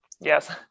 Yes